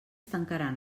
tancaran